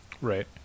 Right